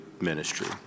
ministry